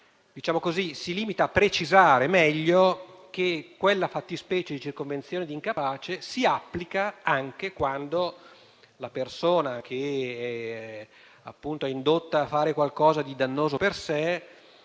si limita a precisare meglio che quella fattispecie di circonvenzione di incapace si applica anche quando la persona che è indotta a fare qualcosa di dannoso per sé